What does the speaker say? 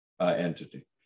entity